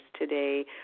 today